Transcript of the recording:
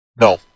No